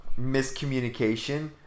miscommunication